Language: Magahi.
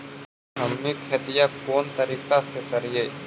हमनी खेतीया कोन तरीका से करीय?